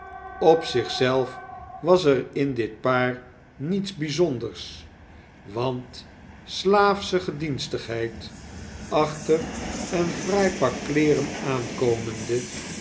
op zich zelf was er in dit paar niets bijzonders want slaafsche gedienstigheid achter een fraai pak kleeren aankomende